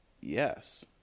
Yes